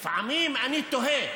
לפעמים אני תוהה: